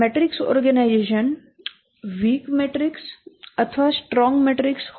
matrix organization weak matrix અથવા strong matrix હોઈ શકે છે